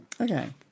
Okay